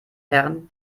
herren